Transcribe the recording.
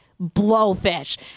blowfish